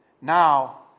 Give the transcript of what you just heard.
Now